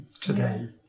today